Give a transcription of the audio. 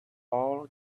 all